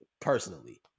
personally